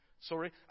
sorry